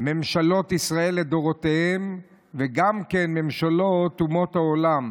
ממשלות ישראל לדורותיהן וגם אומות העולם,